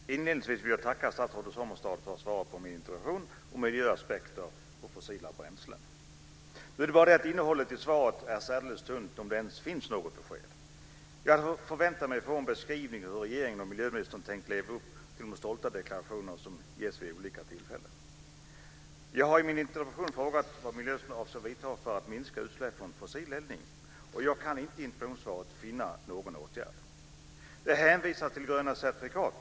Fru talman! Inledningsvis vill jag tacka statsrådet Sommestad för svaret på min interpellation om miljöaspekter på fossila bränslen. Nu är det bara det att innehållet i svaret är särdeles tunt, om det ens finns något besked. Jag hade förväntat mig att få en beskrivning av hur regeringen och miljöministern hade tänkt leva upp till de stolta deklarationer som ges vid olika tillfällen. Jag har i min interpellation frågat vilka åtgärder miljöministern avser vidta för att minska utsläpp från fossileldning. Jag kan inte i interpellationssvaret finna någon åtgärd. Det hänvisas till "gröna certifikat".